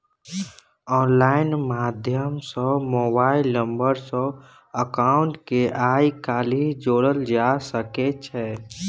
online माध्यम सँ mobile number सँ अकाउंट केँ आइ काल्हि जोरल जा सकै छै